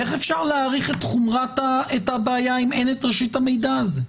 איך אפשר להעריך את חומרת הבעיה אם אין את ראשית המידע הזה?